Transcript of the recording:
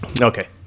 Okay